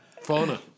Fauna